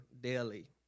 daily